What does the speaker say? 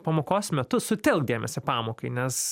pamokos metu sutelkt dėmesį pamokai nes